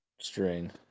string